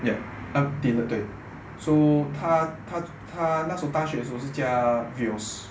yup up till 对他他他那时候大学是驾 vios